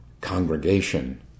congregation